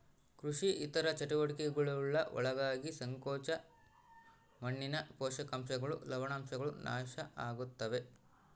ಕೃಷಿ ಇತರ ಚಟುವಟಿಕೆಗುಳ್ಗೆ ಒಳಗಾಗಿ ಸಂಕೋಚ ಮಣ್ಣಿನ ಪೋಷಕಾಂಶಗಳು ಲವಣಾಂಶಗಳು ನಾಶ ಆಗುತ್ತವೆ